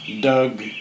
Doug